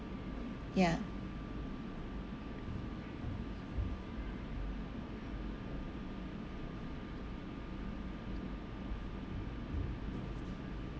ya